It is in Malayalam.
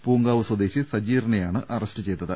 പൂങ്കാവ് സ്വദേശി സജീറിനെയാണ് അറസ്റ്റ് ചെയ്തത്